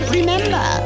remember